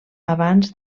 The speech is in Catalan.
abans